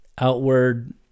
outward